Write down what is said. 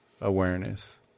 awareness